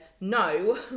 no